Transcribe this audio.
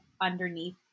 underneath